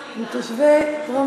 תושבי דרום תל-אביב.